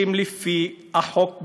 שהן לפי החוק,